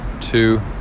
two